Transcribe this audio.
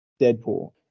Deadpool